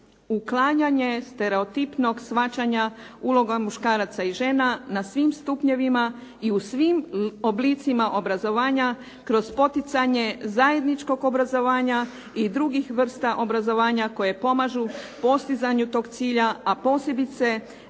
uklanjanje stereotipnog shvaćanja uloga muškaraca i žena na svim stupnjevima i u svim oblicima obrazovanja kroz poticanje zajedničkog obrazovanja i drugih vrsta obrazovanja koje pomažu postizanju tog cilja a posebice